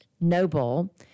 Noble